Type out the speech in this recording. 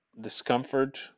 discomfort